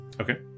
Okay